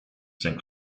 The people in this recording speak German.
sein